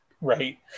right